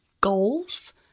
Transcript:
goals